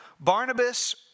Barnabas